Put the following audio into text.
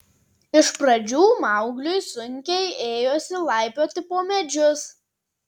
iš pradžių maugliui sunkiai ėjosi laipioti po medžius